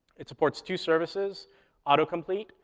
it supports two services auto-complete,